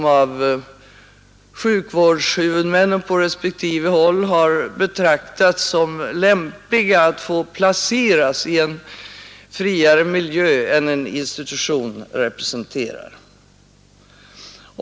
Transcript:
De har av sjukvårdshuvudmännen på respektive håll betraktats som lämpliga att placeras i en friare miljö än den en institution representerar.